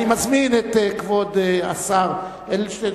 אני מזמין את כבוד השר אדלשטיין,